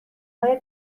های